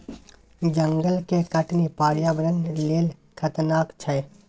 जंगल के कटनी पर्यावरण लेल खतरनाक छै